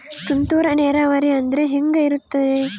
ತುಂತುರು ನೇರಾವರಿ ಅಂದ್ರೆ ಹೆಂಗೆ ಇರುತ್ತರಿ?